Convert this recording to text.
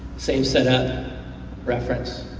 same set ah reference